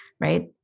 right